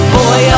Boy